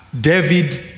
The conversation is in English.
David